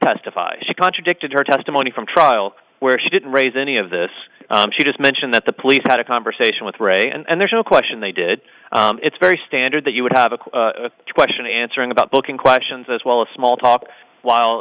testify she contradicted her testimony from trial where she didn't raise any of this she just mentioned that the police had a conversation with ray and there's no question they did it's very standard that you would have a question answering about booking questions as well as small talk while